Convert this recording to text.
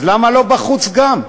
אז למה לא בחוץ גם?